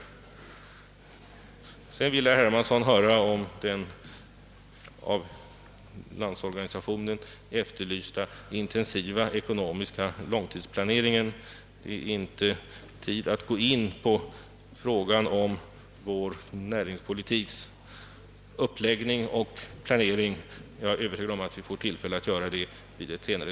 Herr Hermansson ville höra om den av LO efterlysta intensiva ekonomiska långtidsplaneringen. Det är för närvarande inte tid att gå in på frågan om vår näringspolitiks uppläggning och planering. Jag är övertygad om att vi får tillfälle att göra det senare.